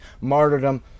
martyrdom